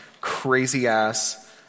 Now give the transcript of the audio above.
crazy-ass